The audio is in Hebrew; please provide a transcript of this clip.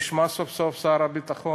נשמע סוף-סוף את שר הביטחון.